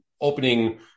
opening